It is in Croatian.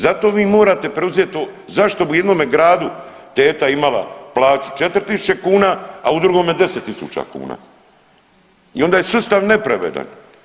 Zato vi morate preuzeti, zašto bi u jednome gradu teta imala plaću 4.000 kuna, a u drugome 10.000 kuna i onda je sustav nepravedan.